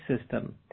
system